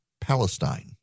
Palestine